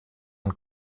ein